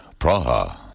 Praha